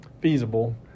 feasible